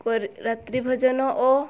କରି ରାତ୍ରି ଭୋଜନ ଓ